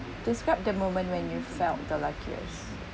describe the moment when you felt the luckiest